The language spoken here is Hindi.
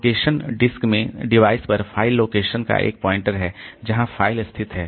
लोकेशन डिस्क में डिवाइस पर फ़ाइल लोकेशन का एक पॉइंटर है जहां फ़ाइल स्थित है